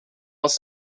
als